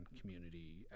community